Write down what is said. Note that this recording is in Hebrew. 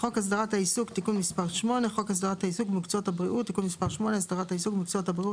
"חוק הסדרת העיסוק (תיקון מס' 8)" חוק הסדרת העיסוק במקצועות הבריאות